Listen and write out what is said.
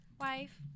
wife